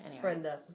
Brenda